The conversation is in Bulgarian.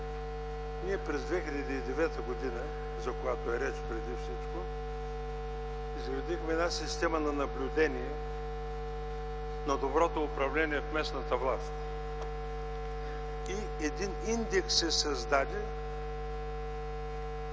Ние през 2009 г., за която е реч преди всичко, изградихме една система на наблюдение на доброто управление в местната власт. И един индекс се създаде